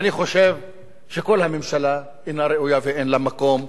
שכל הממשלה אינה ראויה ואין לה מקום על הכיסאות האלה.